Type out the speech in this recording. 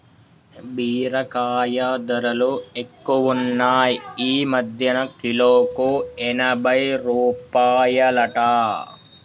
బీరకాయ ధరలు ఎక్కువున్నాయ్ ఈ మధ్యన కిలోకు ఎనభై రూపాయలట